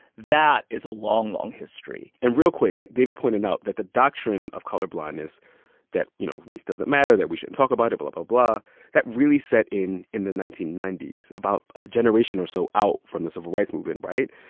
that is a long, long history and real quick, david pointed out that the doctrine of colorblindness that, you know, race doesn't matter, that we shouldn't talk about it, blah, blah, blah that really set in in the nineteen ninety s, about a generation or so out from the civil rights movement, right?